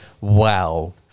Wow